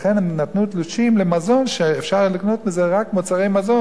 לכן הם נתנו תלושים למזון ואפשר היה לקנות בזה רק מזון,